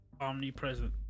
Omnipresent